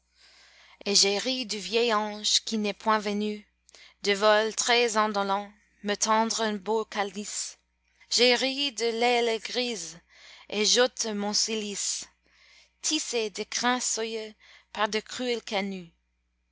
et j'ai ri du vieil ange qui n'est point venu de vol très indolent me tendre un beau calice j'ai ri de l'aile grise et j'ôte mon cilice tissé de crins soyeux par de cruels